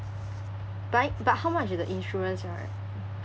but how much is the insurance ah